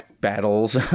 battles